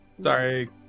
Sorry